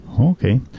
Okay